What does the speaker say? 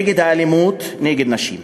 נגד האלימות נגד נשים.